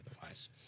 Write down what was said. otherwise